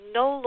no